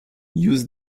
use